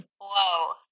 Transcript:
Whoa